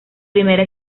primera